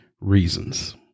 reasons